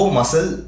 muscle